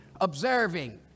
observing